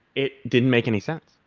it didn't make any sense.